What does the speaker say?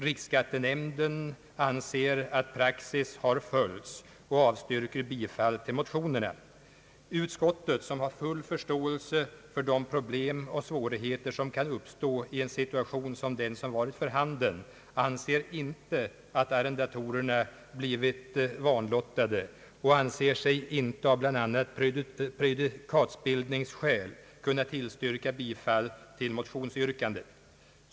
Riksskattenämnden anser att praxis har följts och avstyrker bifall till motionerna. Utskottet, som har full förståelse för de problem och svårigheter som kan uppstå i en situation som den som varit för handen, anser inte att arrendatorerna blivit vanlottade och anser sig vidare inte, bl.a. av prejudikatbildningsskäl, kunna tillstyrka bifall till motionsyrkandet.